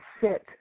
sit